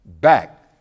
back